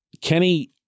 Kenny